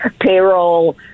Payroll